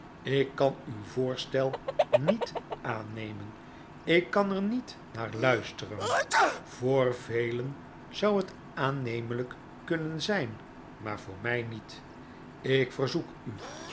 ik kan uw voorstel niet aannemen ik kan er niet naar luisteren voor velen zou het aannemelijk kunnen zijn maar voor mij niet ik verzoek u